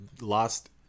lost